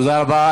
תודה רבה.